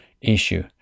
issue